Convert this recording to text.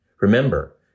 Remember